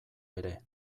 ere